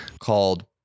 called